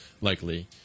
likely